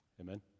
Amen